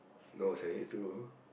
no seventy eight too